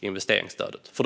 investeringsstödet tas bort?